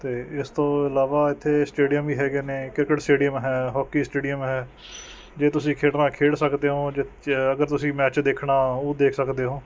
ਅਤੇ ਇਸ ਤੋਂ ਇਲਾਵਾ ਇੱਥੇ ਸਟੇਡੀਅਮ ਵੀ ਹੈਗੇ ਨੇ ਕ੍ਰਿਕਟ ਸਟੇਡੀਅਮ ਹੈ ਹੋਕੀ ਸਟੇਡੀਅਮ ਹੈ ਜੇ ਤੁਸੀਂ ਖੇਡਣਾ ਖੇਡ ਸਕਦੇ ਹੋ ਅਗਰ ਤੁਸੀਂ ਮੈਚ ਦੇਖਣਾ ਉਹ ਦੇਖ ਸਕਦੇ ਓਂ